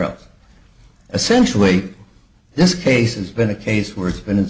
else essentially this case has been a case where it's been